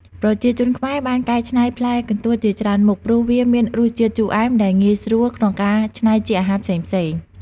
ប្រជាជនខ្មែរបានកែច្នៃផ្លែកន្ទួតជាច្រើនមុខ ព្រោះវាមានរសជាតិជូរអែមដែលងាយស្រួលក្នុងការច្នៃជាអាហារផ្សេងៗ។